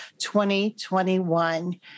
2021